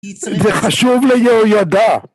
זה חשוב ליהוידע.